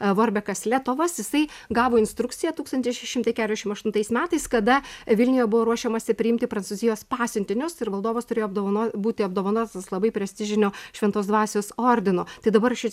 vorbekas letovas jisai gavo instrukciją tūkstantis šeši šimtai keturiasdešimt aštuntais metais kada vilniuje buvo ruošiamasi priimti prancūzijos pasiuntinius ir valdovas turėjo apdovano būti apdovanotas labai prestižinio šventos dvasios ordino tai dabar aš čia